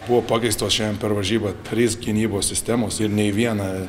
buvo pakeistos šiandien per varžyba trys gynybos sistemos ir nei viena